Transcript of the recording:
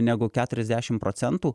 negu keturiasdešim procentų